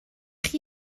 chi